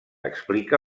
explica